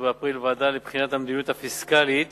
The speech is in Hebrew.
באפריל ועדה לבחינת המדיניות הפיסקלית